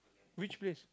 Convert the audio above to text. which place